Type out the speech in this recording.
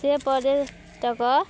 ସେ ପର୍ଯ୍ୟଟକ